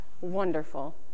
Wonderful